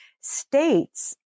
states